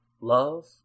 Love